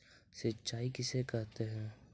सिंचाई किसे कहते हैं?